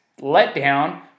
letdown